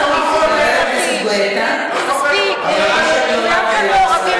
חבר הכנסת גואטה, אני מבקשת לא להפריע לשרה.